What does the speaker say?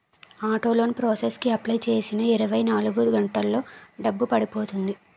auto loan process కి apply చేసిన ఇరవై నాలుగు గంటల్లో డబ్బు పడిపోతుంది